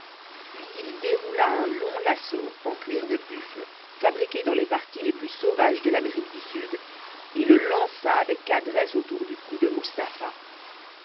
puis il déroula un long lasso en cuir de buffle fabriqué dans les parties les plus sauvages de l'amérique du sud et le lança avec adresse autour du cou de mustapha